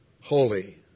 holy